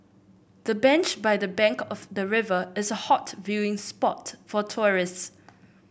the bench by the bank of the river is a hot viewing spot for tourist